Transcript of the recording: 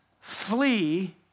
flee